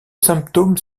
symptôme